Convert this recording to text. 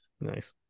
Nice